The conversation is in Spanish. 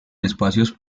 espacios